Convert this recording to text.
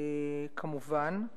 כמובן,